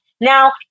Now